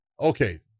okay